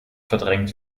verdrängt